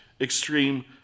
extreme